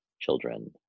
children